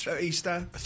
Easter